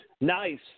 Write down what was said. Nice